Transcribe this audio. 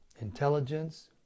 intelligence